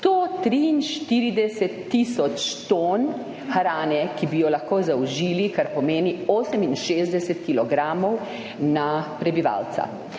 143 tisoč ton hrane, ki bi jo lahko zaužili, kar pomeni 68 kilogramov na prebivalca.